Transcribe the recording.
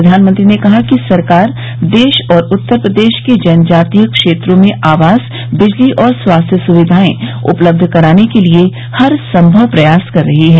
प्रधानमंत्री ने कहा कि सरकार देश और उत्तर प्रदेश के जनजातीय क्षेत्रों में आवास बिजली और स्वास्थ्य सुक्धियाए उपलब्ध कराने के लिए हर संभव प्रयास कर रही है